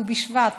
ט"ו בשבט.